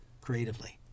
creatively